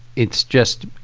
it's just a